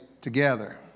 together